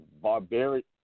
barbaric